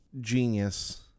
genius